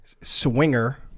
swinger